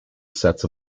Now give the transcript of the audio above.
sets